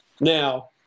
now